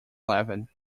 eleven